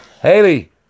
Haley